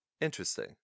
Interesting